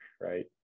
right